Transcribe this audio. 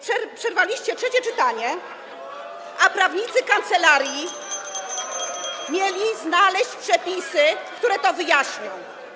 Przerwaliście trzecie czytanie, a prawnicy kancelarii [[Wesołość na sali, gwar na sali, dzwonek]] mieli znaleźć przepisy, które to wyjaśnią.